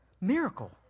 Miracle